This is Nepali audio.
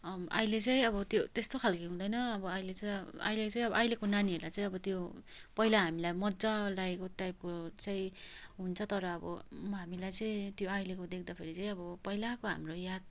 अहिले चाहिँ अब त्यो त्यस्तो खालको हुँदैन अब अहिले चाहिँ अब अहिले चाहिँ अहिलेको नानीहरूलाई चाहिँ अब त्यो पहिला हामीलाई मज्जा लागेको टाइपको चाहिँ हुन्छ तर अब हामीलाई चाहिँ त्यो अहिलेको देख्दा फेरि चाहिँ अब पहिलाको हाम्रो याद